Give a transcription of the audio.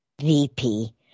VP